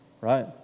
right